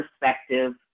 perspective